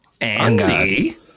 Andy